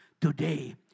today